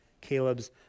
Caleb's